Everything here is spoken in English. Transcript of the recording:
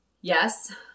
yes